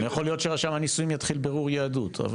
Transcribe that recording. גם יכול להיות שרשם הנישואים יתחיל בירור יהדות.